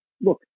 look